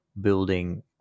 building